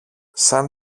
σαν